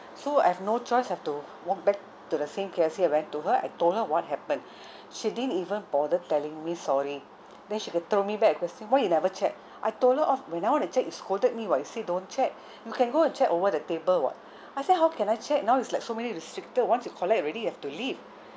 so I've no choice I have to walk back to the same K_F_C I went to her I told her what happened she didn't even bother telling me sorry then she can throw me back the question why you never check I told her of when I want to check you scolded me [what] you said don't check you can go and check over the table [what] I said how can I check now it's like so many restricted once you collect already you have to leave